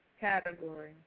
Category